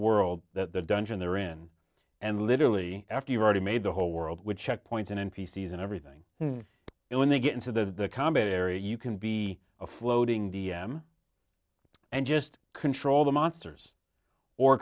world that the dungeon they're in and literally after you've already made the whole world with checkpoints and n p c s and everything and when they get into the combat area you can be a floating d m and just control the monsters or